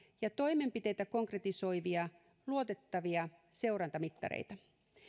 ja toimenpiteitä konkretisoivia luotettavia seurantamittareita